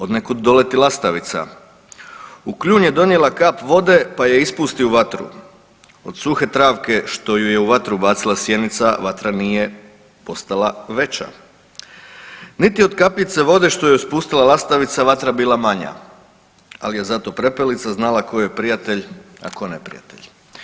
Od nekud dolazi lastavica u kljun je donijela kap vode pa je ispusti u vatru, od suhe travke što ju je u vatru bacila sjenica vatra nije postala veća, nit od kapljice vode što ju je spustila lastavica vatra bila manja, ali je zato prepelica znala ko joj je prijatelj, a ko neprijatelj.